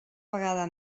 vegada